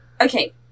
Okay